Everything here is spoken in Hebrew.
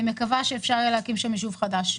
מקווה שאפשר יהיה להקים שם יישוב חדש.